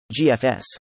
GFS